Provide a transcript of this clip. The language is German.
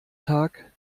tag